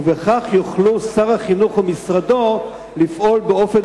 וכך יוכלו שר החינוך ומשרדו לפעול באופן